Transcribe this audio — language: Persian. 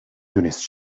دونست